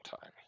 time